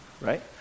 right